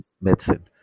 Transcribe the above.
medicine